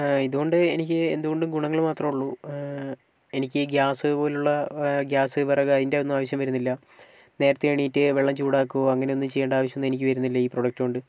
ഇതുകൊണ്ട് എനിക്ക് എന്തുകൊണ്ടും ഗുണങ്ങൾ മാത്രമേ ഉളളൂ എനിക്ക് ഗ്യാസുപോലുള്ള ഗ്യാസ് വിറക് അതിൻ്റെ ഒന്നും ആവശ്യം വരുന്നില്ല നേരെത്തെ എണീട്ട് വെള്ളം ചൂടാക്കുകയോ അങ്ങനെയൊന്നും ചെയ്യേണ്ട ആവശ്യമൊന്നും എനിക്ക് വരുന്നില്ല ഈ പ്രൊഡക്റ്റ് കൊണ്ട്